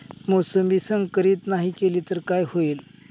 मोसंबी संकरित नाही केली तर काय होईल?